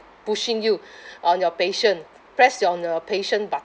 pushing you on your patience press on your patience but~